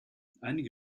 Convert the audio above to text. einige